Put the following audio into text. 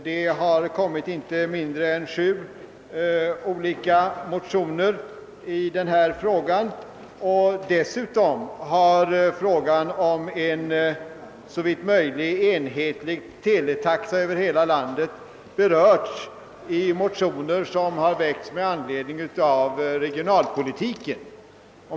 Det har inlämnats inte mindre än sju olika motioner i detta sammanhang, och dessutom har tanken på en såvitt möjligt enhetlig teletaxa för hela landet berörts i motioner som väckts i samband med regionalpolitiken.